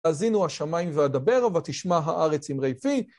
האזינו השמיים ואדבר, ותשמע הארץ עם רייפי.